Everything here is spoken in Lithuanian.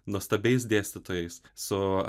nuostabiais dėstytojais su